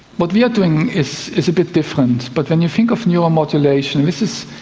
what we are doing is is a bit different, but when you think of neuromodulation, this is